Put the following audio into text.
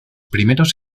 primeros